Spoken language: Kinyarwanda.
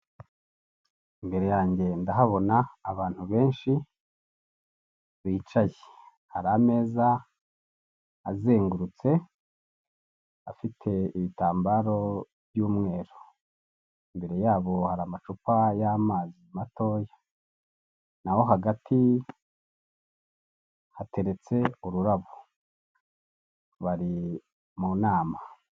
Imbere yanjye ndahabona abantu benshi bicaye. Hari ameza azengurutse afite ibitambaro by'umweru. Imbere yabo, hari amacupa y'amazi matoya, naho hagati hateretse ururabo. Bari mu nama.